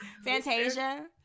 Fantasia